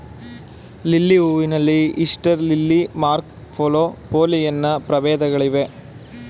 lily ಹೂವಿನಲ್ಲಿ Easter lily, Marco Polo, Pollyanna ಪ್ರಭೇದಗಳಿವೆ